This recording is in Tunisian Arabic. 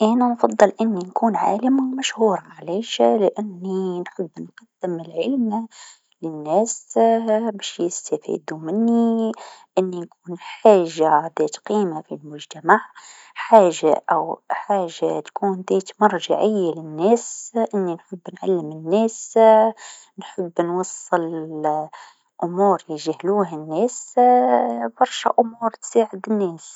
أنا مفضل أني نكون عالمه مشهوره علاش لأني نحب نقدم العلم للناس باش يستافيدو مني، أني نكون حاجه ذات قيمه في المجتمع، حاجه أو حاجه ذات مرجعيه للناس، أني نحب نعلم الناس، نحب نوصل أمور يجهلوها الناس برشا أمور تساعدك الناس.